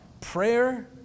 prayer